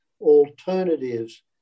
alternatives